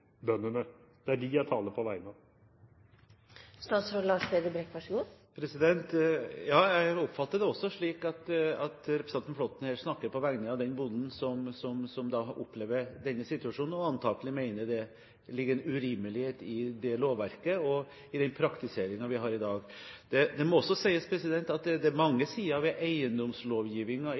på vegne av. Jeg oppfatter det også slik at representanten Flåtten her snakker på vegne av den bonden som opplever denne situasjonen, og antagelig mener det ligger en urimelighet i det lovverket og den praktiseringen vi har i dag. Det må også sies at det er mange sider ved